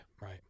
Right